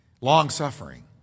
Long-suffering